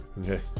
okay